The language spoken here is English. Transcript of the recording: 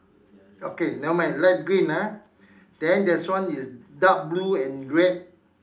okay never mind light green ah then there's one is dark blue and red